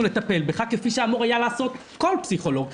לטפל בך כפי שאמור היה לעשות כל פסיכולוג.